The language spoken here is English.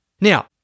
Now